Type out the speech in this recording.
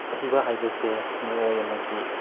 ꯁꯤꯕ ꯍꯥꯏꯕꯁꯦ ꯃꯤꯑꯣꯏ ꯑꯃꯒꯤ